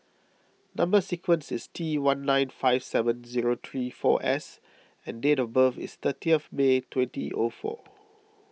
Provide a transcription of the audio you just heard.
Number Sequence is T one nine five seven zero three four S and date of birth is thirty of May twenty O four